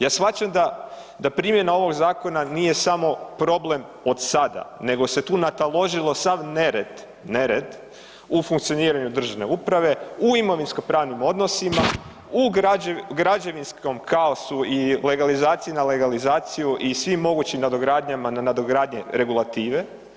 Ja shvaćam da primjena ovoga zakona nije samo problem od sada, nego se tu nataložilo sav nered, nered u funkcioniranju državne uprave, u imovinskopravnim odnosima, u građevinskom kaosu i legalizaciji na legalizaciju, i svim mogućim nadogradnjama na nadogradnje regulative.